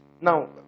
Now